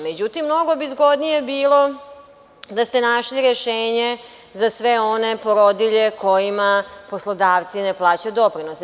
Međutim, mnogo bi zgodnije bilo da ste našli rešenje za sve one porodilje kojima poslodavci ne plaćaju doprinos.